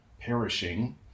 perishing